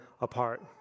apart